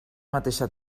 mateixa